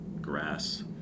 grass